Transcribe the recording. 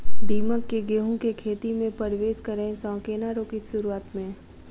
दीमक केँ गेंहूँ केँ खेती मे परवेश करै सँ केना रोकि शुरुआत में?